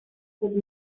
stood